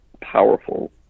powerful